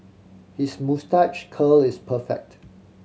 his moustache curl is perfect